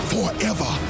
Forever